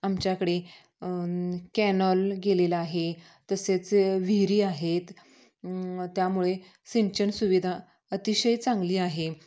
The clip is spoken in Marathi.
आमच्याकडे कॅनॉल गेलेला आहे तसेच विहिरी आहेत त्यामुळे सिंचन सुविधा अतिशय चांगली आहे